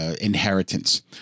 inheritance